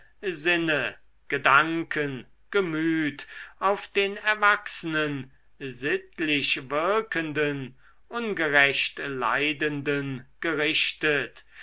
sinne gedanken gemüt auf den erwachsenen sittlich wirkenden ungerecht leidenden gerichtet